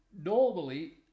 normally